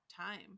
time